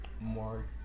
more